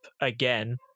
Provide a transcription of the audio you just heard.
again